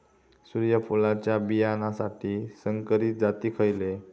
सूर्यफुलाच्या बियानासाठी संकरित जाती खयले?